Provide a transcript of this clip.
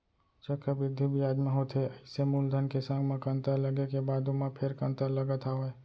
चक्रबृद्धि बियाज म होथे अइसे मूलधन के संग म कंतर लगे के बाद ओमा फेर कंतर लगत हावय